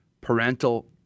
parental